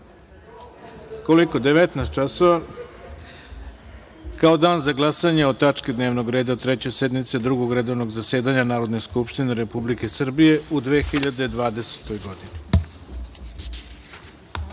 u 19.00 časova kao dan za glasanje o tački dnevnog reda Treće sednice Drugog redovnog zasedanja Narodne skupštine Republike Srbije u 2020. godini.(Posle